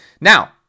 now